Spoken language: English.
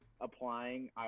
applying